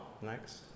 Next